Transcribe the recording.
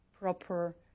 proper